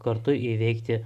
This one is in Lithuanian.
kartu įveikti